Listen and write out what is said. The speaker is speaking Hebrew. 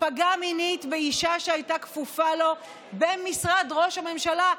פגע מינית באישה שהייתה כפופה לו במשרד ראש הממשלה,